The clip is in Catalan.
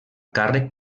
càrrec